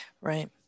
Right